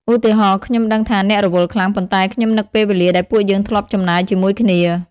ឧទាហរណ៍ខ្ញុំដឹងថាអ្នករវល់ខ្លាំង ប៉ុន្តែខ្ញុំនឹកពេលវេលាដែលពួកយើងធ្លាប់ចំណាយជាមួយគ្នា។